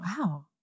Wow